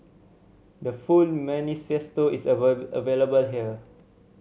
the full manifesto is available here